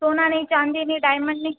સોનાની ચાંદીની ડાયમંડ ની